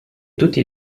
tutti